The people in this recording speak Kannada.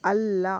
ಅಲ್ಲ